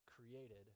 created